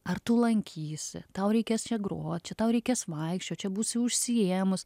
ar tu lankysi tau reikės čia grot čia tau reikės vaikščiot čia būsiu užsiėmus